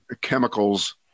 chemicals